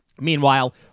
Meanwhile